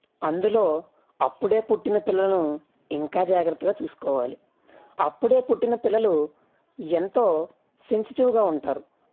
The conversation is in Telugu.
అందులో అప్పుడే పుట్టిన పిల్లలను ఇంకా జాగ్రత్తగా చూసుకోవాలి అప్పుడే పుట్టిన పిల్లలు ఎంతో సెన్సిటివ్గా ఉంటారు